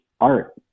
art